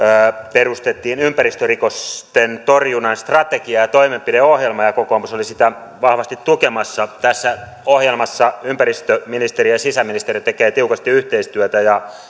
perustettiin ympäristörikosten torjunnan strategia ja toimenpideohjelma ja kokoomus oli sitä vahvasti tukemassa tässä ohjelmassa ympäristöministeriö ja sisäministeriö tekevät tiukasti yhteistyötä ja